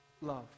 love